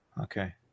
Okay